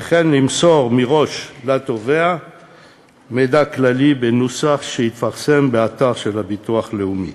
וכן למסור מראש לתובע מידע כללי בנוסח שיפורסם באתר המוסד לביטוח לאומי